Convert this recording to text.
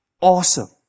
Awesome